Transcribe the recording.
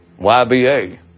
YBA